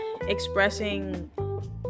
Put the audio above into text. expressing